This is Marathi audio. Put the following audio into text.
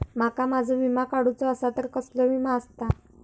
माका माझो विमा काडुचो असा तर कसलो विमा आस्ता?